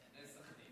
בני סח'נין.